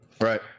Right